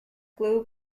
glue